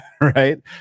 right